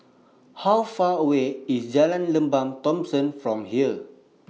How Far away IS Jalan Lembah Thomson from here